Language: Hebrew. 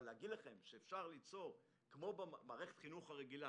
אבל להגיד לכם שאפשר ליצור כמו במערכת החינוך הרגילה